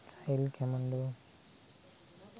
L ଖେମେଣ୍ଡୁ